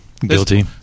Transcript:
Guilty